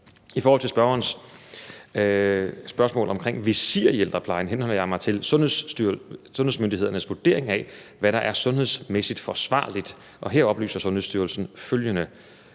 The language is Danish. I forhold til spørgerens spørgsmål omkring visirer i ældreplejen henholder jeg mig til sundhedsmyndighedernes vurdering af, hvad der er sundhedsmæssigt forsvarligt, og her oplyser Sundhedsstyrelsen følgende: